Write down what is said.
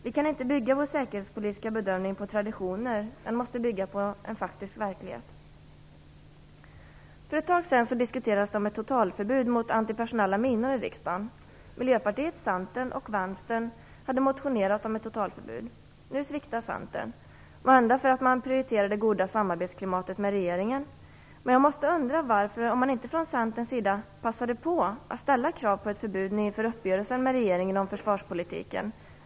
Vi kan inte bygga vår säkerhetspolitiska bedömning på traditioner, utan den måste bygga på en faktisk verklighet. För ett tag sedan diskuterades här i riksdagen ett totalförbud mot antipersonella minor. Miljöpartiet, Centern och Vänstern hade motionerat om ett totalförbud. Nu sviktar Centern. Måhända gör man det därför att man prioriterar det goda samarbetsklimatet med regeringen. Men jag undrar varför man från Centerns sida inte passade på att ställa krav på ett förbud inför uppgörelsen med regeringen om försvarspolitiken.